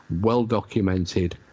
well-documented